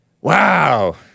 Wow